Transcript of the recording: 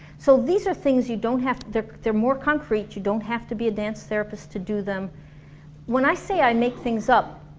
so these are things you don't have they're they're more concrete you don't have to be a dance therapist to do them when i say i make things up,